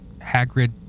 Hagrid